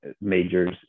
majors